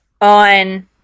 on